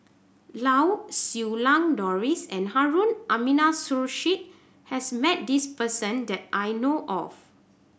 Lau Siew Lang Doris and Harun Aminurrashid has met this person that I know of